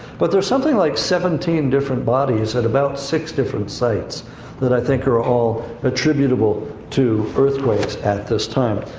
but there's something like seventeen different bodies at about six different sites that i think are all attributable to earthquakes at this time.